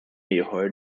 ieħor